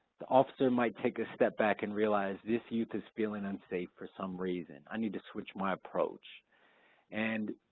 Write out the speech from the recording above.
the officer might take a step back and realize this youth is feeling unsafe for some reason, i need to switch my approach and